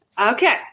Okay